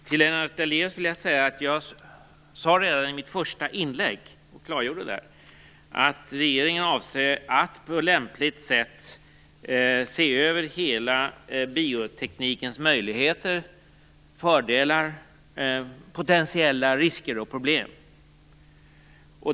Fru talman! Till Lennart Daléus vill jag säga att jag redan i mitt första inlägg klargjorde att regeringen avser att på lämpligt sätt se över hela bioteknikens möjligheter, fördelar, potentiella risker och problem.